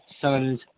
son's